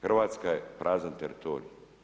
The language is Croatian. Hrvatska je prazan teritorij.